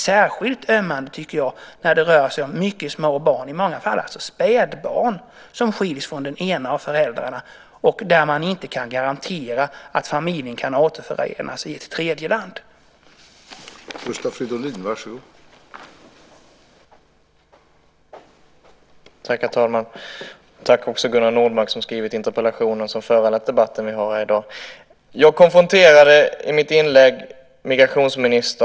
Just de fall med mycket små barn, i många fall spädbarn, som skiljs från den ena av föräldrarna, och där det inte går att garantera att familjen kan återförenas i ett tredjeland, är särskilt ömmande.